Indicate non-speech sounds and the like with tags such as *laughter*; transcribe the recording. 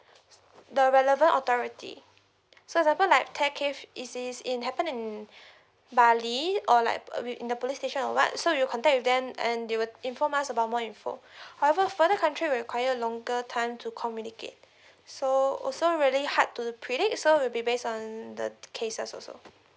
the relevant authority so example like theft case if it is in happened in *breath* bali or like uh we in the police station or what so we'll contact with them and they will inform us about more info *breath* however further country require longer time to communicate so so really hard to predict so will be based on the cases also